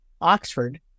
Oxford